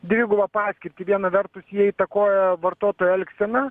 dvigubą paskirtį viena vertus jie įtakoja vartotojo elgseną